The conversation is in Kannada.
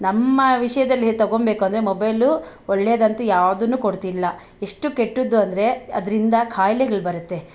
ನಮ್ಮ ವಿಷಯದಲ್ಲಿ ತೊಗೊಳ್ಬೇಕು ಅಂದರೆ ಮೊಬೈಲು ಒಳ್ಳೇದಂತು ಯಾವುದನ್ನೂ ಕೊಡ್ತಿಲ್ಲ ಎಷ್ಟು ಕೆಟ್ಟದ್ದು ಅಂದರೆ ಅದರಿಂದ ಕಾಯ್ಲೆಗಳು ಬರುತ್ತೆ